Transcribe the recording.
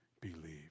believe